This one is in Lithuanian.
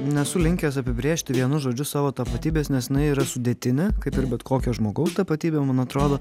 nesu linkęs apibrėžti vienu žodžiu savo tapatybės nes jinai yra sudėtinė kaip ir bet kokio žmogaus tapatybė man atrodo